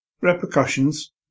repercussions